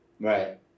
Right